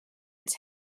its